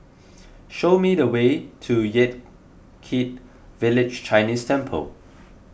show me the way to Yan Kit Village Chinese Temple